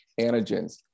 antigens